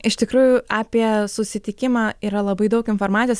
iš tikrųjų apie susitikimą yra labai daug informacijos